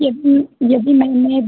यदि यदि मैंने